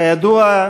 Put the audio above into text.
כידוע,